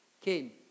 came